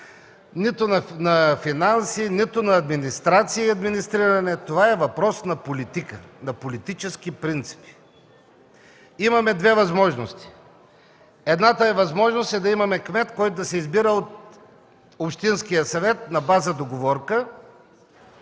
нито на финанси, нито на администрация и администриране, това е въпрос на политика, на политически принципи. Имаме две възможности: едната възможност е да имаме кмет, който се избира от общинския съвет на база договорка,